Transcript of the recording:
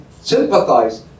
sympathize